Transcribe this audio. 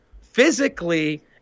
physically